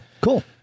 Cool